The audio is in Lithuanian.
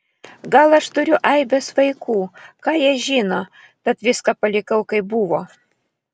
gal aš turiu aibes vaikų ką jie žino tad viską palikau kaip buvo